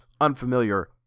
unfamiliar